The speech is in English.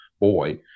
boy